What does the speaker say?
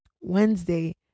wednesday